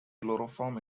chloroform